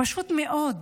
פשוט מאוד,